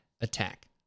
attack